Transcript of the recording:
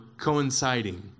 coinciding